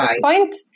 point